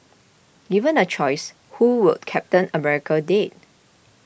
given a choice who would Captain America date